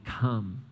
come